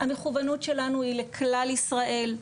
המכוונות שלנו היא לכלל ישראל,